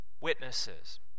witnesses